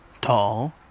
Tall